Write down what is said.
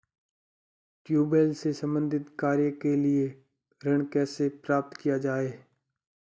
Tubewell से संबंधित कार्य के लिए ऋण कैसे प्राप्त किया जाए?